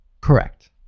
Correct